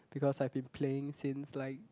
because I've been playing since like